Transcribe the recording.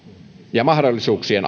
ja mahdollisuuksien